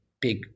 big